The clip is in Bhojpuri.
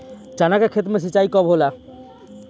चना के खेत मे सिंचाई कब होला?